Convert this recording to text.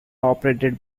operated